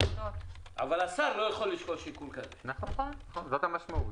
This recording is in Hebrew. אבל השר לא יכול לשקול שיקול כזה, זו המשמעות.